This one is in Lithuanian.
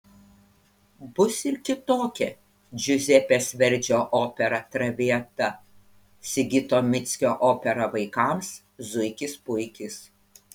bus ir kitokia džiuzepės verdžio opera traviata sigito mickio opera vaikams zuikis puikis